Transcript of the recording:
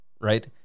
right